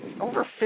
over